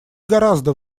гораздо